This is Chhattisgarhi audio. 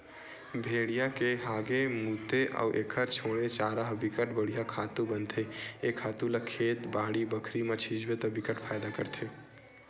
भेड़िया के हागे, मूते अउ एखर छोड़े चारा ह बिकट बड़िहा खातू बनथे ए खातू ल खेत, बाड़ी बखरी म छितबे त बिकट फायदा करथे